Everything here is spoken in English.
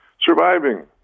Surviving